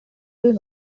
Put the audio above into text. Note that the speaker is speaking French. deux